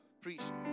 priest